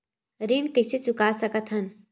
ऋण कइसे चुका सकत हन?